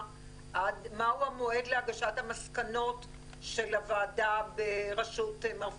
על מהו המועד להגשת המסקנות של הוועדה בראשות מר פולקמן?